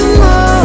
more